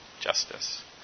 Justice